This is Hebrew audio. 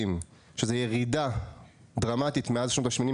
שזו ירידה דרמטית מאז שנות ה-80'